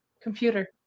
computer